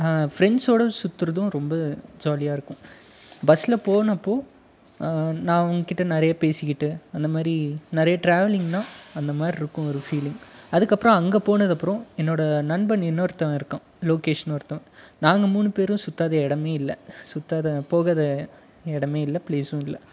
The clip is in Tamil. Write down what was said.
ஃபிரெண்ட்ஸோடு சுற்றுறதும் ரொம்ப ஜாலியாக இருக்கும் பஸ்ஸில் போனப்போது நான் அவங்கக்கிட்ட நிறைய பேசிக்கிட்டு அந்தமாதிரி நிறைய ட்ராவலிங் தான் அந்தமாதிரி இருக்கும் ஒரு ஃபீலிங் அதுக்கப்றம் அங்கே போனதுக்கப்றம் என்னோடய நண்பன் இன்னொருத்தன் இருக்கான் லோகேஷ்ன்னு ஒருத்தன் நாங்கள் மூணு பேரும் சுற்றாத இடமே இல்லை சுற்றாத போகாத இடமே இல்லை ப்ளேஸும் இல்லை